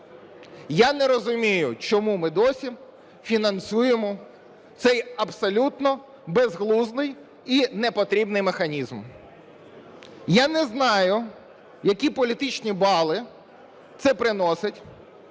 Я не розумію, чому ми досі фінансуємо цей абсолютно безглуздий і непотрібний механізм. Я не знаю, які політичні бали це приносить,